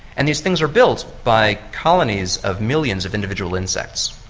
and these things are built by colonies of millions of individual insects,